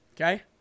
Okay